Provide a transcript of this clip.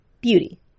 Beauty